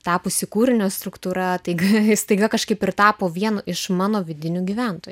tapusi kūrinio struktūra taigi staiga kažkaip ir tapo vienu iš mano vidinių gyventojų